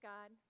God